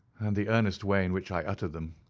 and the earnest way in which i uttered them.